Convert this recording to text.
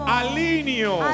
alineo